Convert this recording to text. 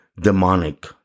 demonic